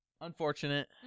unfortunate